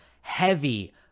heavy